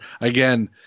again